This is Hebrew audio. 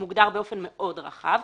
שמוגדר באופן מאוד רחב.